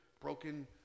broken